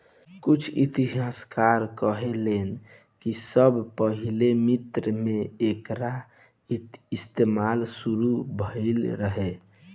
कुछ इतिहासकार कहेलेन कि सबसे पहिले मिस्र मे एकर इस्तमाल शुरू भईल रहे